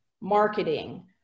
marketing